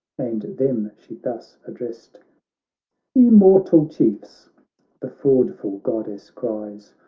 and them she thus addrest immortal chiefs the fraudful goddess cries.